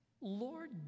Lord